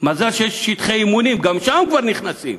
מזל שיש שטחי אימונים, גם לשם כבר נכנסים.